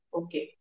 okay